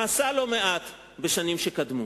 נעשה לא מעט בשנים שקדמו,